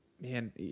man